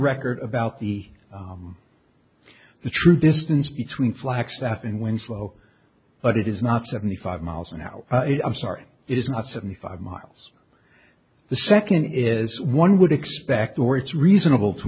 record about the true distance between flagstaff and winslow but it is not seventy five miles an hour i'm sorry it is not seventy five miles the second is one would expect or it's reasonable to